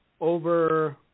over